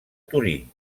torí